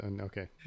okay